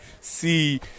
see